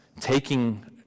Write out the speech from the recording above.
taking